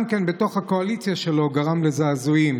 גם בתוך הקואליציה שלו הוא גרם לזעזועים,